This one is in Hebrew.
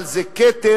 אבל זה כתם